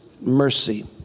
mercy